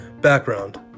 Background